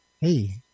Hey